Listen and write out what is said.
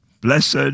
Blessed